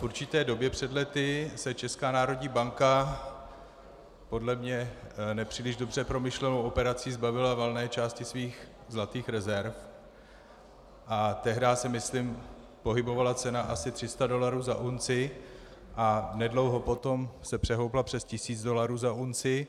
Od určité doby před lety se ČNB podle mě nepříliš dobře promyšlenou operací zbavila valné části svých zlatých rezerv, a tehdy se, myslím, pohybovala cena asi 300 dolarů za unci a nedlouho potom se přehoupla přes 1000 dolarů za unci.